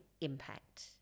impact